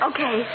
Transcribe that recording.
Okay